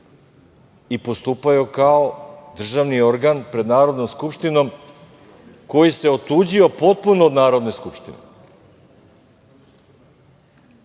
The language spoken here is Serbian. i postupaju kao državni organ pred Narodnom skupštinom koji se otuđio potpuno od Narodne skupštine.